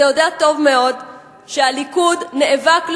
אתה יודע טוב מאוד שהליכוד נאבק,